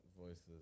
voices